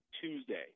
Tuesday